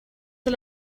del